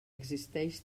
existeix